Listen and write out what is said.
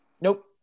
Nope